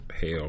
hell